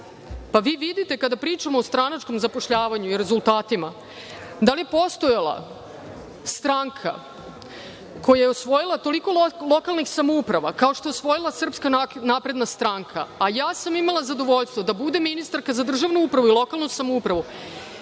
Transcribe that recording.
Pa, vi vidite, kada pričamo o stranačkom zapošljavanju i rezultatima, da li je postojala stranka koja je osvojila toliko lokalnih samouprava kao što je osvojila Srpska napredna stranka? Ja sam imala zadovoljstvo da budem ministarka za državnu upravu i lokalnu samoupravu